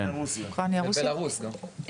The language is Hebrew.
ובלארוס גם.